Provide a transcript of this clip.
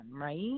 right